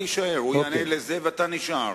הוא יענה על זה, ואתה נשאר.